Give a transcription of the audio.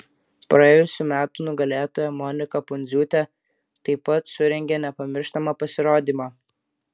praėjusių metų nugalėtoja monika pundziūtė taip pat surengė nepamirštamą pasirodymą